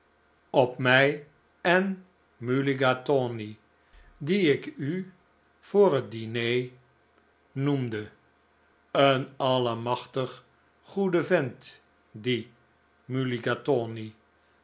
op mij en mulligatawney dien ik u voor het diner noemde een allemachtig goeie vent die